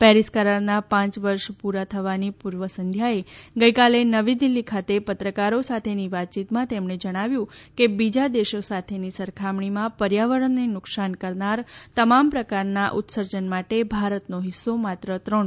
Paris કરારના પાંચ વર્ષ પુરા થવાની પુર્વ સંધ્યાએ ગઇકાલે નવી દિલ્ફી ખાતે પત્રકારો સાથેની વાતચીતમાં તેમણે જણાવ્યું કે બીજા દેશો સાથેની સરખામણીમાં પર્યાવરણને નુકશાન કરનાર તમામ પ્રકારના ઉત્સર્જન માટે ભારતનો ફિસ્સો માત્ર ત્રણ ટકા છે